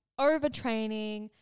overtraining